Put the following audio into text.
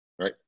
right